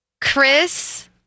Chris